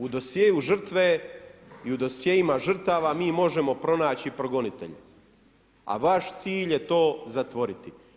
U dosjeu žrtve i u dosjeima žrtava mi možemo pronaći progonitelje, a vaš cilj je to zatvoriti.